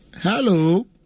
Hello